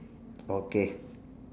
okay